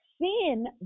sin